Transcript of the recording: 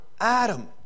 Adam